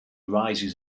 rises